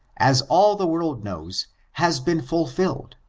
as all the world knows, has been fulfilled,